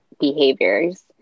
behaviors